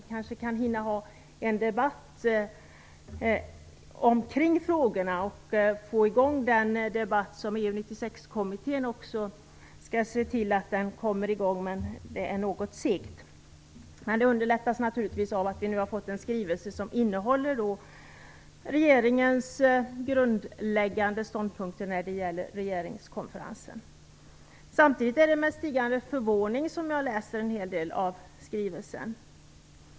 Det kanske kan hinna bli en debatt omkring dessa frågor; den debatt som EU 96-kommittén skall se till att få i gång, även om det är något segt. Det underlättas i alla fall naturligtvis av att vi nu har får en skrivelse som innehåller regeringens grundläggande ståndpunkter i fråga om regeringskonferensen. En hel del av skrivelsen läser jag samtidigt med stigande förvåning.